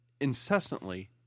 incessantly